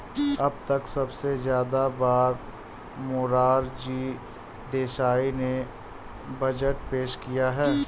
अब तक सबसे ज्यादा बार मोरार जी देसाई ने बजट पेश किया है